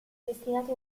destinati